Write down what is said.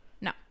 No